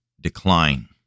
decline